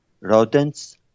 rodents